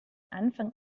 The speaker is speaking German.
anfang